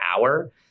hour